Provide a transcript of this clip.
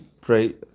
pray